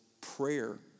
prayer